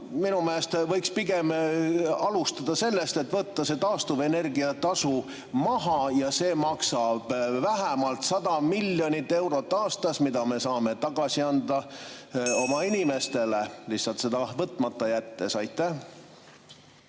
minu meelest võiks pigem alustada sellest, et võtta see taastuvenergia tasu maha, see maksab vähemalt 100 miljonit eurot aastas, mida me saame tagasi anda oma inimestele lihtsalt seda võtmata jättes. Aitäh!